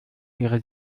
ihre